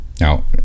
Now